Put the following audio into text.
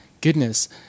goodness